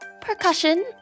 Percussion